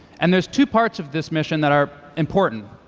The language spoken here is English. and there's two parts of this mission that are important.